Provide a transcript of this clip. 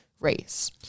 race